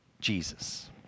Jesus